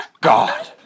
God